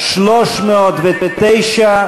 309,